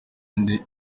nde